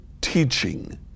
teaching